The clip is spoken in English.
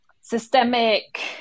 systemic